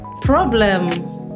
Problem